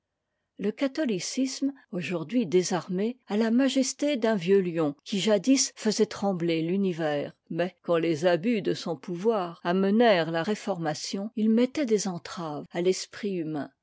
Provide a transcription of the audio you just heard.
le catholicisme aujourd'hui désarmé a la majesté d'un vieux lion qui jadis faisait trembler l'univers mais quand les abus de son pouvoir amenèrent la réformation il mettait des entraves a l'esprit humain